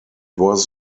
was